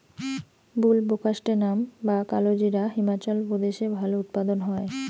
বুলবোকাস্ট্যানাম বা কালোজিরা হিমাচল প্রদেশে ভালো উৎপাদন হয়